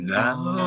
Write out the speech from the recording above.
now